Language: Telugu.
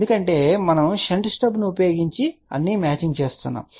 ఎందుకంటే మనము షంట్ స్టబ్ ఉపయోగించి అన్ని మ్యాచింగ్ చేస్తున్నాము